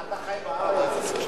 אתה חי בארץ?